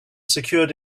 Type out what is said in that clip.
secured